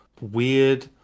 weird